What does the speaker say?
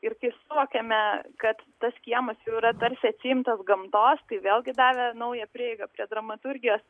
ir kai suvokėme kad tas kiemas jau yra tarsi atsiimtas gamtos tai vėlgi davė naują prieigą prie dramaturgijos